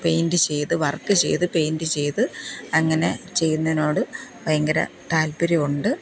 paint ചെയ്ത് work ചെയ്ത് paint ചെയ്ത് അങ്ങനെ ചെയ്യുന്നതിനോട് ഭയങ്കര താല്പ്പര്യമുണ്ട്